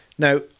Now